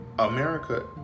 America